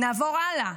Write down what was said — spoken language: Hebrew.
נעבור הלאה.